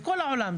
בכל העולם,